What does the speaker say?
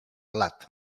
blat